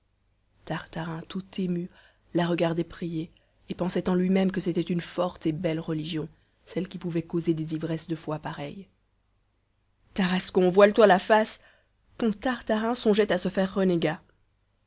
tartarin tout ému la regardait prier et pensait en lui-même que c'était une forte et belle religion celle qui pouvait causer des ivresses de foi pareilles tarascon voile toi la face ton tartarin songeait à se faire renégat